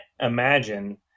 imagine